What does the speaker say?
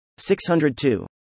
602